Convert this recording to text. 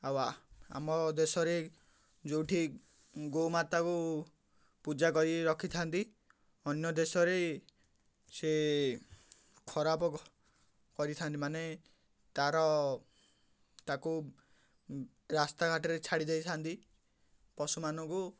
ଆଉ ଆମ ଦେଶରେ ଯେଉଁଠି ଗୋମାତାକୁ ପୂଜା କରି ରଖିଥାନ୍ତି ଅନ୍ୟ ଦେଶରେ ସେ ଖରାପ କରିଥାନ୍ତି ମାନେ ତାର ତାକୁ ରାସ୍ତା ଘାଟରେ ଛାଡ଼ି ଦେଇଥାନ୍ତି ପଶୁମାନଙ୍କୁ